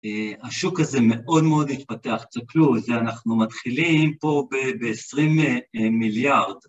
השוק הזה מאוד מאוד התפתח, תסתכלו, זה אנחנו מתחילים פה ב-20 מיליארד.